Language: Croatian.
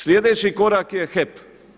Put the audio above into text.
Sljedeći korak je HEP.